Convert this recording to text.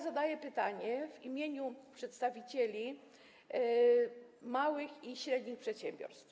Zadaję pytanie w imieniu przedstawicieli małych i średnich przedsiębiorstw.